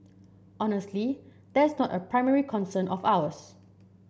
honestly that's not a primary concern of ours